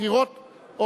בחירות,